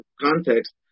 context